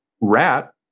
rat